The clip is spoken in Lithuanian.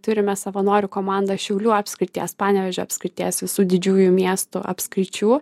turime savanorių komandą šiaulių apskrities panevėžio apskrities visų didžiųjų miestų apskričių